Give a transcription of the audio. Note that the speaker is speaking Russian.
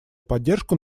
поддержку